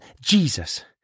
Jesus